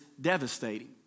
devastating